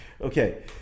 okay